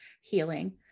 healing